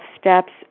steps